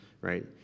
right